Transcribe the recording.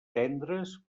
tendres